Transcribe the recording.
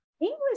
English